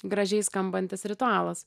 gražiai skambantis ritualas